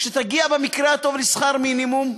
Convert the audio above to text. שתגיע במקרה הטוב לשכר מינימום,